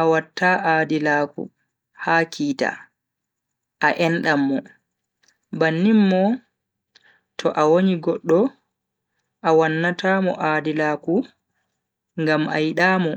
a watta adilaaku ha kita a endan mo. bannin mo to a wonyi goddo a wannata mo aadilaaku ngam a yida mo.